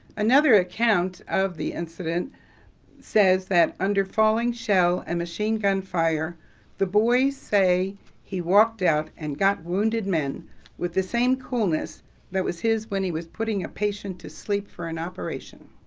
another account of the incident says that under falling shell and machine gun fire the boys say he walked out and got wounded men with same coolness that was his when he was putting a patient to sleep for an operation.